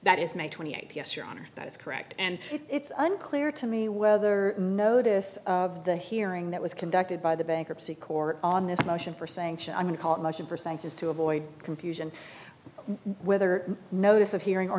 that is my twenty eight yes your honor that is correct and it's unclear to me whether notice of the hearing that was conducted by the bankruptcy court on this motion for saying i'm going to call it motion for sanctions to avoid confusion whether notice of hearing or